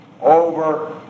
over